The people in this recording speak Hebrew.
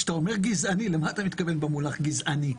כשאתה אומר גזעני, למה אתה מתכוון במונח גזעני?